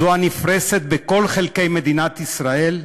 זו הנפרסת בכל חלקי מדינת ישראל,